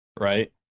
right